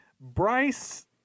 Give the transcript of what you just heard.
Bryce